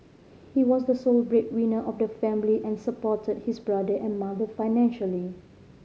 he was the sole breadwinner of the family and supported his brother and mother financially